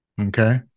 Okay